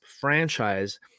franchise